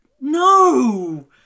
No